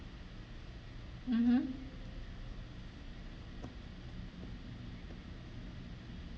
mmhmm